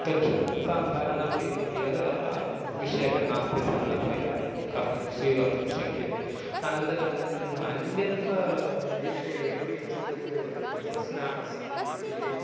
pension साधारणतया दिया विषयः नास्ति सरलतया कर्तुं स्वीकर्तुं शक्यते अनन्तरम् अन्यत्र विषये किञ्चित् प्रश्नाः सन्ति इत्युक्ते